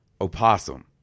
Opossum